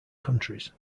countries